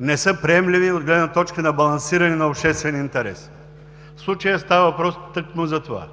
не са приемливи от гледна точка на балансиране на обществения интерес. В случая става въпрос тъкмо за това.